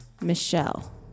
Michelle